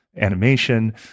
animation